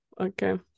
Okay